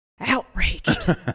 outraged